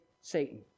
Satan